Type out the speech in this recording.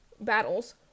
battles